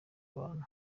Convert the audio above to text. abantu